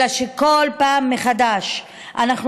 אלא שכל פעם מחדש אנחנו